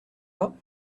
pas